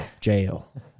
jail